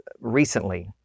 recently